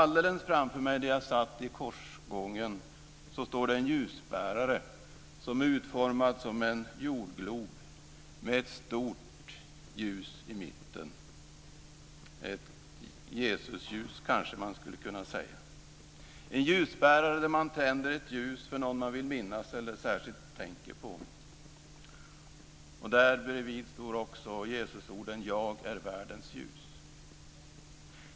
Alldeles framför mig där jag satt i korsgången står en ljusbärare som är utformad som en jordglob med ett stort ljus i mitten, ett Jesusljus kanske man skulle kunna säga. Det är en ljusbärare där man tänder ett ljus för någon som man vill minnas eller särskilt tänker på. Där bredvid står också Jesusorden: Jag är världens ljus.